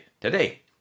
today